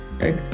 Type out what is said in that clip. right